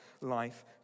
life